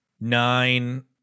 nine